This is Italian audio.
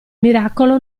miracolo